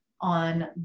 on